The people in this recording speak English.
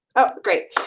oh, great.